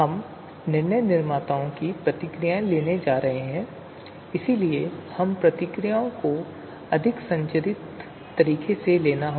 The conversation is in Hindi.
हम निर्णय निर्माताओं से प्रतिक्रियाएँ लेने जा रहे हैं इसलिए हमें प्रतिक्रियाओं को अधिक संरचित तरीके से लेना होगा